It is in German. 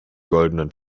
goldenen